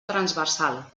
transversal